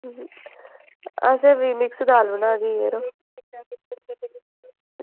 असें बी मिक्स दाल बनाई दी ही यरो